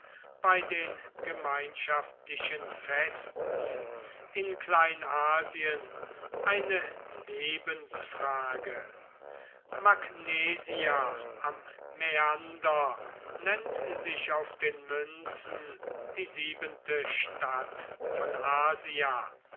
bei den gemeinschaftlichen festen in kleinasien eine lebensfrage magnesia am mäander nennt sich auf den münzen die siebente stadt von asia